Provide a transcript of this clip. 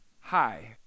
Hi